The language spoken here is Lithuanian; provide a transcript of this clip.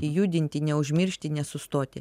judinti neužmiršti nesustoti